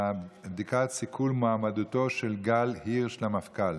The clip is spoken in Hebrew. בדיקת סיכול מועמדותו של גל הירש למפכ"ל.